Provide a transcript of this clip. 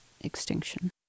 extinction